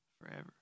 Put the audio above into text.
forever